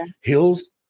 hills